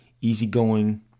easygoing